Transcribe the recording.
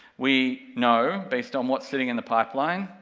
we know, based on what's sitting in the pipeline,